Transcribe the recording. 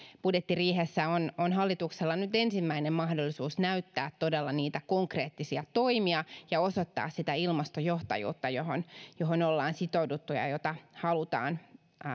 budjettiriihessä on on hallituksella nyt ensimmäinen mahdollisuus näyttää todella niitä konkreettisia toimia ja osoittaa sitä ilmastojohtajuutta johon johon ollaan sitouduttu ja jota halutaan